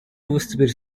выступили